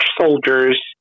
soldiers